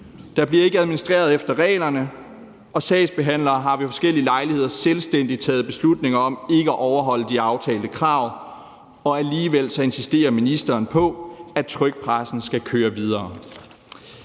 Der bliver ikke administreret efter reglerne, og sagsbehandlere har ved forskellige lejligheder selvstændigt taget beslutninger om ikke at overholde de aftalte krav, og alligevel insisterer ministeren på, at trykpressen skal køre videre.